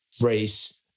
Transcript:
race